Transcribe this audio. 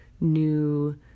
new